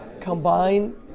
combine